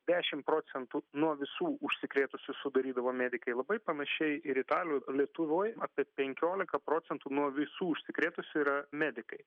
dešimt procentų nuo visų užsikrėtusių sudarydavo medikai labai panašiai ir italijoj lietuvoj apie penkiolika procentų nuo visų užsikrėtusių yra medikai